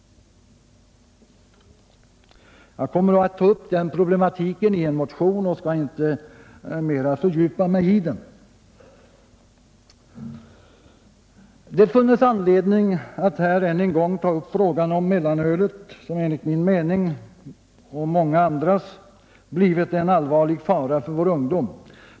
Jag kommer att ta upp den problematiken i en motion och skall inte fördjupa mig ytterligare i den. Det funnes anledning att här än en gång ta upp frågan om mellanölet, som enligt min och många andras mening blivit en allvarlig fara för vår ungdom.